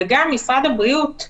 וגם משרד הבריאות,